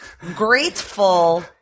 grateful